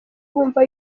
bumva